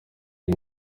iyi